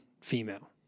female